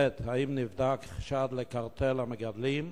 2. האם נבדק חשד לקרטל של המגדלים?